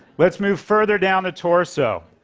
let's move further down the torso.